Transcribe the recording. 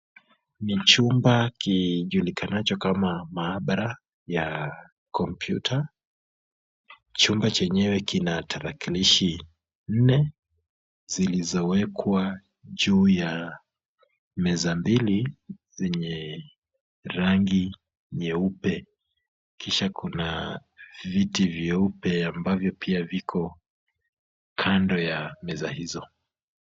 Ni chumba kijulikanacho kama maabara ya computer . Chumba chenyewe kina tarakilishi nne zilizowekwa juu ya meza mbili zenye rangi nyeupe kisha kuna viti vyeupe ambavyo pia viko kando ya meza hizo.